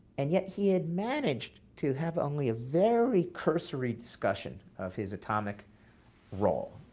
and yet, he had managed to have only a very cursory discussion of his atomic role,